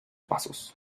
pasos